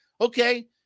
Okay